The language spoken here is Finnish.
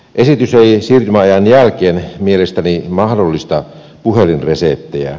esitys ei siirtymäajan jälkeen mielestäni mahdollista puhelinreseptejä